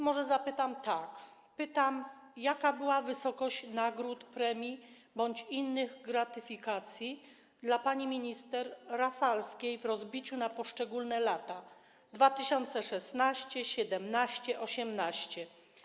Może zapytam tak: Jaka była wysokość nagród, premii bądź innych gratyfikacji dla pani minister Rafalskiej w rozbiciu na poszczególne lata: 2016, 2017, 2018?